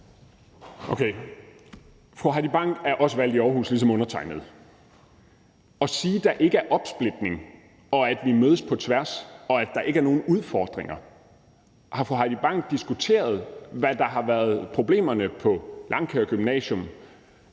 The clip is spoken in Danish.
(S): Fru Heidi Bank er valgt i Aarhus ligesom undertegnede. Hvis man siger, at der ikke er opsplitning, at vi mødes på tværs, og at der ikke er nogen udfordringer, vil jeg spørge: Har fru Heidi Bank diskuteret med nogen, hvad problemerne har været på Langkaer Gymnasium?